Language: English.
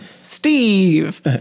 Steve